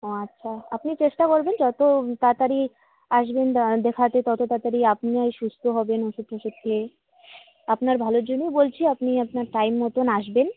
ও আচ্ছা আপনি চেষ্টা করবেন যত তাড়াতাড়ি আসবেন দা দেখাতে তত তাড়াতাড়ি আপনিই সুস্থ হবেন ওষুধ টষুধ খেয়ে আপনার ভালোর জন্যেই বলছি আপনি আপনার টাইম মতন আসবেন